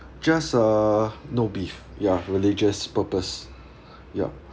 just uh no beef ya religious purpose ya